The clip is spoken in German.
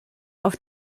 auf